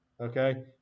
Okay